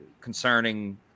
concerning